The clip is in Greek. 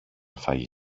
φάγει